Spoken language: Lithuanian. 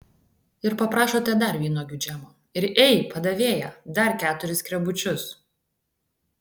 ir paprašote dar vynuogių džemo ir ei padavėja dar keturis skrebučius